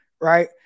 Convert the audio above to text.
right